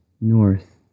north